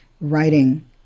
Writing